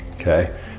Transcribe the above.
okay